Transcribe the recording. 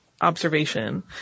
observation